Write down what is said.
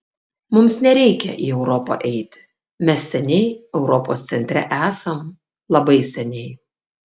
mums nereikia į europą eiti mes seniai europos centre esam labai seniai